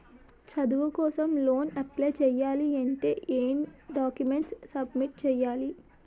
చదువు కోసం loan apply చేయాలి అంటే ఎం డాక్యుమెంట్స్ సబ్మిట్ చేయాలి?